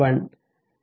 1 0